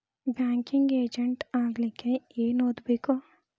Banking agent ಆಗ್ಲಿಕ್ಕೆ ಏನ್ ಓದ್ಬೇಕು?